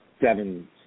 seven